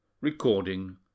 recording